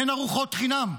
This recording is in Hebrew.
אין ארוחות חינם.